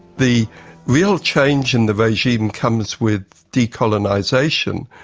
the real change in the regime comes with decolonisation.